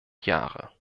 jahre